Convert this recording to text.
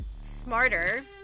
smarter